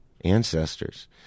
ancestors